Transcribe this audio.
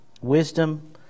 wisdom